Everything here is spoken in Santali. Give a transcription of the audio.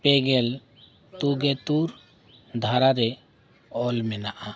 ᱯᱮᱜᱮᱞ ᱛᱩ ᱜᱮᱛᱩᱨ ᱫᱷᱟᱨᱟ ᱨᱮ ᱚᱞ ᱢᱮᱱᱟᱜᱼᱟ